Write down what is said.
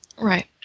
Right